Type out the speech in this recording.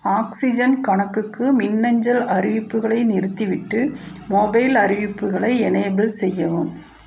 oxygen கணக்குக்கு மின்னஞ்சல் அறிவிப்புகளை நிறுத்திவிட்டு மொபைல் அறிவிப்புகளை எனேபிள் செய்யவும்